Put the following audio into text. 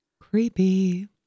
Creepy